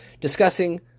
discussing